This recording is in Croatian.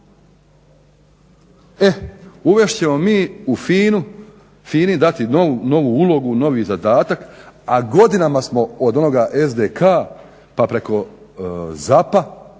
E uvest ćemo mi u FINA-u, FINA-i dati novu ulogu, novi zadatak a godinama smo od onoga SDK-a pa preko ZAP-a